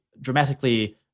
dramatically